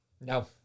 No